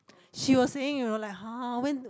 she was saying you know like [huh] when